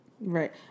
Right